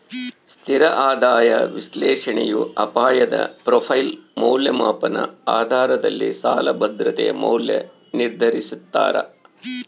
ಸ್ಥಿರ ಆದಾಯ ವಿಶ್ಲೇಷಣೆಯು ಅಪಾಯದ ಪ್ರೊಫೈಲ್ ಮೌಲ್ಯಮಾಪನ ಆಧಾರದಲ್ಲಿ ಸಾಲ ಭದ್ರತೆಯ ಮೌಲ್ಯ ನಿರ್ಧರಿಸ್ತಾರ